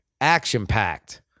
action-packed